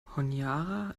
honiara